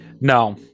No